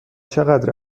چقدر